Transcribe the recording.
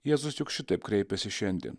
jėzus juk šitaip kreipiasi šiandien